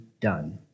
done